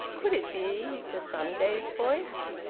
could it be the sunday's voice?